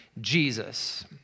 Jesus